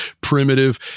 primitive